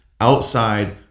outside